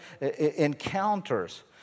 encounters